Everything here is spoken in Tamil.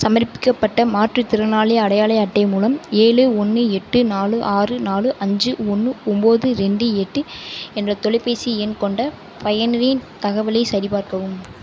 சமர்ப்பிக்கப்பட்ட மாற்றுத்திறனாளி அடையாளை அட்டை மூலம் ஏழு ஒன்று எட்டு நாலு ஆறு நாலு அஞ்சு ஒன்று ஒம்பது ரெண்டு எட்டு என்ற தொலைப்பேசி எண் கொண்ட பயனிரின் தகவலை சரி பார்க்கவும்